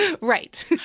Right